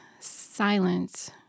Silence